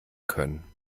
können